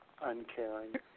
uncaring